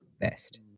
best